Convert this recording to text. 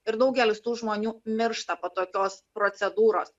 ir daugelis tų žmonių miršta po tokios procedūros